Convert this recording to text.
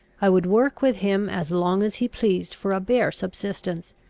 i would work with him as long as he pleased for a bare subsistence.